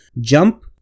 jump